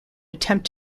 attempt